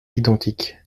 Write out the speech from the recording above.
identiques